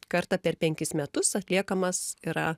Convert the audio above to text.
kartą per penkis metus atliekamas yra